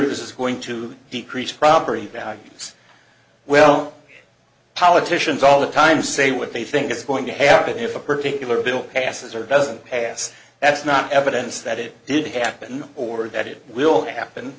this is going to decrease property values well politicians all the time say what they think is going to happen if a particular bill passes or doesn't pass that's not evidence that it did happen or that it will